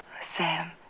Sam